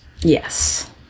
Yes